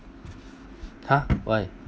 !huh! why